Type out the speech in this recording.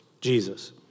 Jesus